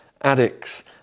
addicts